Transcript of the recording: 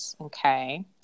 Okay